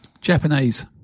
Japanese